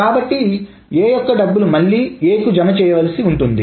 కాబట్టి A యొక్క డబ్బులు మళ్లీ A కు జమ చేయవలసి ఉంటుంది